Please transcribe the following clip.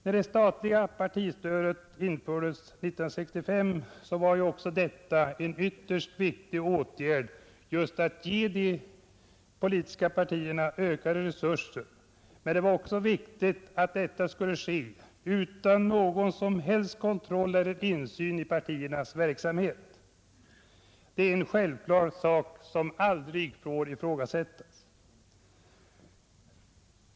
När det statliga partistödet infördes 1965 var detta en ytterst viktig åtgärd just för att ge de politiska partierna ökade resurser, men det var också viktigt att detta skulle ske utan någon som helst kontroll eller insyn i partiernas verksamhet. Det är en självklar sak, som aldrig får ifrågasättas.